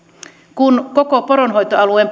kun koko poronhoitoalueen